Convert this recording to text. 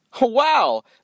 Wow